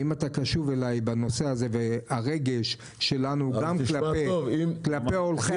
ואם אתה קשור אלי בנושא הזה והרגש שלנו גם כלפי הולכי